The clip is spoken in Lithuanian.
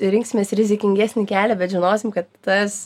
rinksimės rizikingesnį kelią bet žinosim kad tas